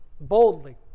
boldly